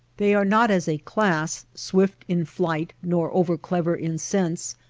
they are not as a class swift in flight, nor over-clever in sense,